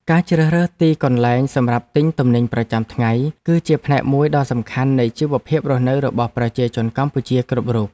ការជ្រើសរើសទីកន្លែងសម្រាប់ទិញទំនិញប្រចាំថ្ងៃគឺជាផ្នែកមួយដ៏សំខាន់នៃជីវភាពរស់នៅរបស់ប្រជាជនកម្ពុជាគ្រប់រូប។